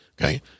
Okay